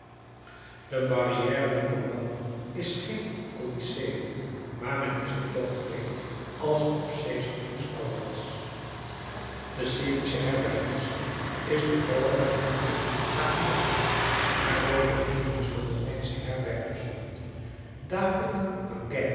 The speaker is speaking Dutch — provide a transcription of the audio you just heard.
de barrière du combat is geen colyseum maar men is er toch wreed alsof cæsar toeschouwer was de syrische herbergierster is bevalliger dan moeder saguet maar zoo virgilius de romeinsche herberg bezocht david